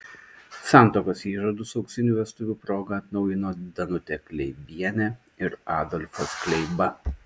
santuokos įžadus auksinių vestuvių proga atnaujino danutė kleibienė ir adolfas kleiba